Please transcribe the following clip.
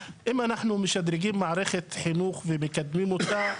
אם אנחנו משדרגים את מערכת החינוך ומשפרים אותה,